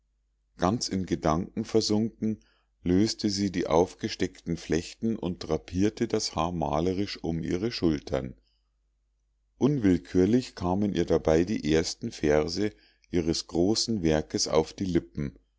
ganz in gedanken versunken löste sie die aufgesteckten flechten und drapierte das haar malerisch um ihre schultern unwillkürlich kamen ihr dabei die ersten verse ihres großen werkes auf die lippen